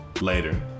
later